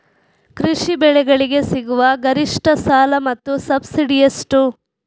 ಕೃಷಿ ಬೆಳೆಗಳಿಗೆ ಸಿಗುವ ಗರಿಷ್ಟ ಸಾಲ ಮತ್ತು ಸಬ್ಸಿಡಿ ಎಷ್ಟು?